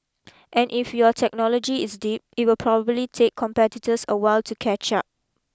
and if your technology is deep it will probably take competitors a while to catch up